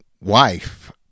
wife